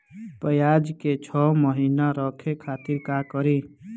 प्याज के छह महीना रखे खातिर का करी?